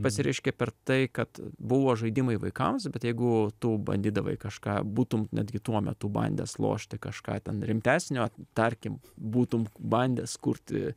pasireiškė per tai kad buvo žaidimai vaikams bet jeigu tu bandydavai kažką būtum netgi tuo metu bandęs lošti kažką ten rimtesnio tarkim būtum bandęs kurti